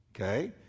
Okay